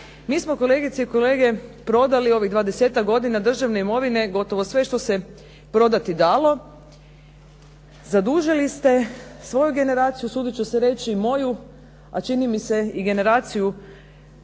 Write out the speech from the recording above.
Mi smo, kolegice i kolege, prodali ovih 20-ak godina državne imovine gotovo sve što se prodati dalo, zadužili ste svoju generaciju, usudit ću se reći, moju, a čini mi se i generaciju